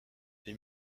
les